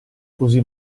cosí